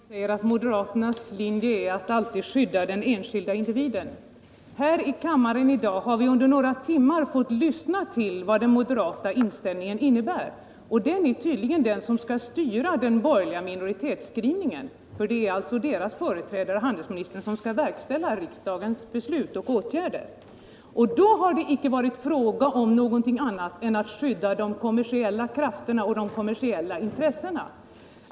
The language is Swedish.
Herr talman! Det låter väldigt vackert när Sten Svensson säger att moderaternas linje alltid är att skydda den enskilda individen. Här i kammaren i dag har vi under några timmar fått lyssna till vad den moderata inställningen innebär. Och det är tydligen den som skall styra ett eventuellt effektuerande av den borgerliga minoritetsskrivningen, eftersom det är moderaternas företrädare, handelsministern, som skall verkställa riksdagens beslut och vidta åtgärder. Det har inte varit fråga om något annat än att skydda de kommersiella krafterna och de kommersiella intressena.